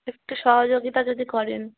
একটু সহযোগিতা যদি করেন